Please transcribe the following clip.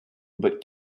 but